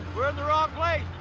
we're in the wrong place.